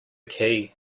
key